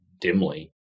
dimly